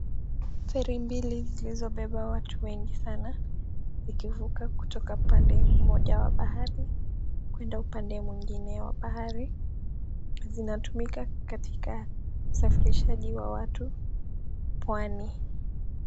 Ferri mbili zilizobeba watu wengi sana likivuka kutoka upande moja wa bahari kuenda upande mwingine wa bahari inatumika katikati usafirishaji wa watu Pwani.